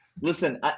Listen